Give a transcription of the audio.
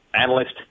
analyst